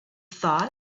thought